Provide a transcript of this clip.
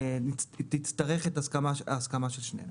תצטרך הסכמה של שניהם.